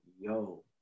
yo